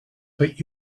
but